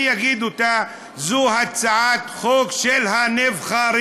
אני אגיד אותה, זו הצעת חוק של הנבחרים.